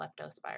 leptospira